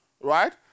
right